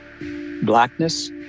Blackness